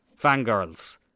fangirls